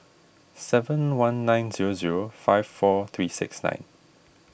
seven one nine zero zero five four three six nine